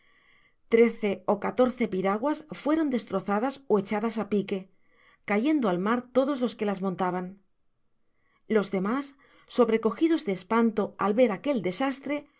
trece ó catorce piraguas fueron destrozadas ó echadas á pique cayendo al mar todos los que las montaban los demas sobrecogidos de espanto al ver aquel desastre